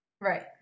Right